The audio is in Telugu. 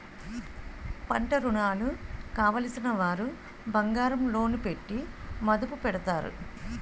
పంటరుణాలు కావలసినవారు బంగారం లోను పెట్టి మదుపు పెడతారు